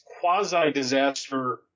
quasi-disaster